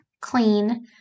clean